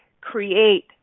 Create